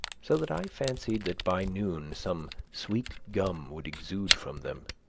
so that i fancied that by noon some sweet gum would exude from them.